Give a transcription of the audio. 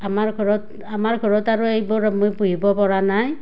আমাৰ ঘৰত আমাৰ ঘৰত আৰু এইবোৰ মই পুহিবপৰা নাই